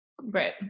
Right